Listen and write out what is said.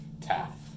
Taff